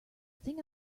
thing